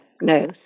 No